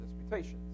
disputations